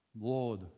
Lord